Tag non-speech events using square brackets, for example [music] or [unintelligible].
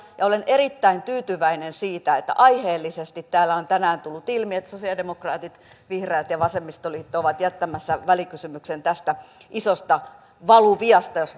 ja olen erittäin tyytyväinen siitä että aiheellisesti täällä on tänään tullut ilmi että sosialidemokraatit vihreät ja vasemmistoliitto ovat jättämässä välikysymyksen tästä isosta valuviasta jos [unintelligible]